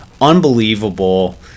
unbelievable